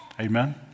Amen